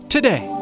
Today